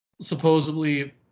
Supposedly